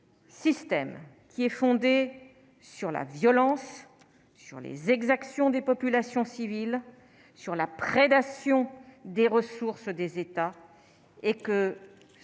système qui est fondé sur la violence sur les exactions des populations civiles sur la prédation des ressources des États et que